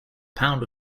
pound